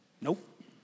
nope